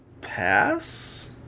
Pass